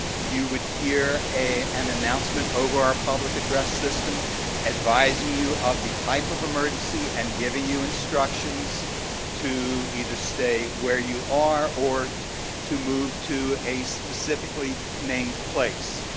you would hear an and announcement over our public address system advising you of the type of emergency and giving you instructions to either stay where you are or to move to a specifically named place.